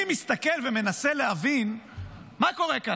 אני מסתכל ומנסה להבין מה קורה כאן,